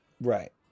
right